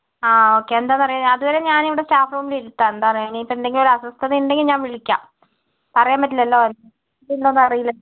ആ ഓക്കെ എന്താണെന്ന് അറിയുവോ അത് വരെ ഞാന് ഇവിടെ സ്റ്റാഫ് റൂമിൽ ഇരുത്താം എന്താണെന്ന് അറിയുവോ ഇനി ഇപ്പം എന്തെങ്കിലും ഒരു അസ്വസ്ഥത ഉണ്ടെങ്കിൽ ഞാന് വിളിക്കാം പറയാന് പറ്റില്ലല്ലോ അറിയില്ലല്ലോ